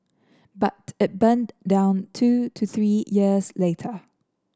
but it burned down two to three years later